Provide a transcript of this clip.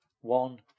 One